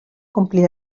complir